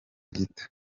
gito